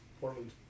Portland